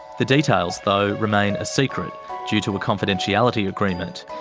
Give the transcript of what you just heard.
the details, though, remain a secret due to a confidentiality agreement,